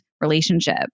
relationship